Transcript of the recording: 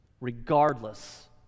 regardless